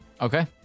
Okay